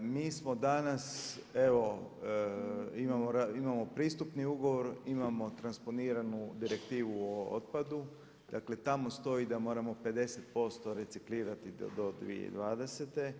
Mi smo danas evo, imamo pristupni ugovor, imamo transponiranu direktivu o otpadu, dakle tamo stoji da moramo 50% reciklirati do 2020.